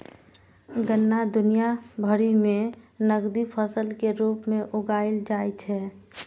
गन्ना दुनिया भरि मे नकदी फसल के रूप मे उगाएल जाइ छै